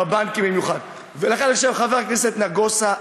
במיוחד על הבנקים.